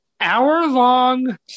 hour-long